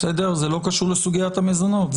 זה לא קשור לסוגיית המזונות,